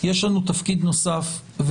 יש לנו תפקיד נוסף,